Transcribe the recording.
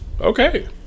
Okay